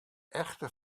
echte